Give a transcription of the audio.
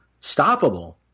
stoppable